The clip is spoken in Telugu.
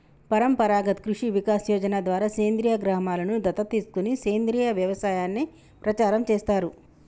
పరంపరాగత్ కృషి వికాస్ యోజన ద్వారా సేంద్రీయ గ్రామలను దత్తత తీసుకొని సేంద్రీయ వ్యవసాయాన్ని ప్రచారం చేస్తారు